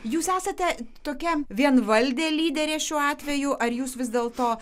jūs esate tokia vienvaldė lyderė šiuo atveju ar jūs vis dėlto